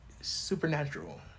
supernatural